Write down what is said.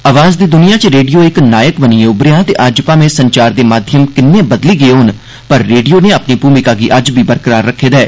अवाज़ दी दुनिया च रेडियो इक नायक बनियै उबरेआ ते अज्ज भामें संचार दे माध्यम किन्ने बदली गे होन पर रेडियो नै अपनी भूमिका गी अज्ज बी बरकरार रक्खे दा ऐ